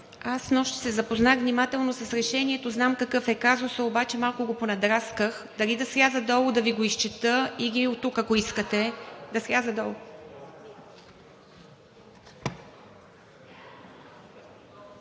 Аз снощи се запознах внимателно с решението, знам какъв е казусът, обаче малко го понадрасках. Дали да сляза долу да Ви го изчета, или оттук, ако искате? (Реплики: